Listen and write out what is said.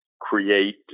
create